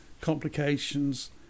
complications